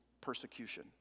persecution